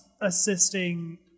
assisting